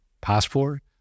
passport